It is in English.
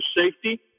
safety